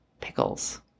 pickles